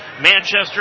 Manchester